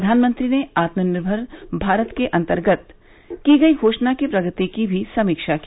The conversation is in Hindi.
प्रधानमंत्री ने आत्मनिर्मर भारत अभियान के अन्तर्गत की गई घोषणा की प्रगति की भी समीक्षा की